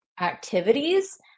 activities